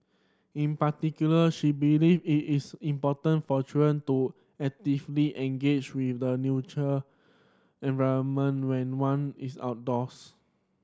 in particular she believe it is important for children to actively engage with the neutual environment when one is outdoors